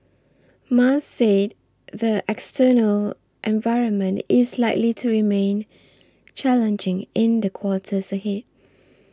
Mas say the external environment is likely to remain challenging in the quarters ahead